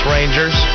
Rangers